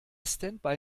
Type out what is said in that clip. standby